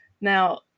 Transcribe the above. Now